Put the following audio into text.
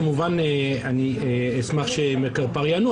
כמובן אני אשמח שמקרפ"ר יענו,